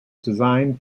designed